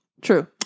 True